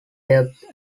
depth